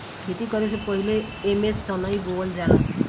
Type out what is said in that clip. खेती करे से पहिले एमे सनइ बोअल जाला